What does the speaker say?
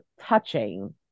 touching